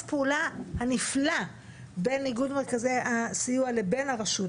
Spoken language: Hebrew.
הפעולה הנפלא בין איגוד מרכזי הסיוע לבין הרשות,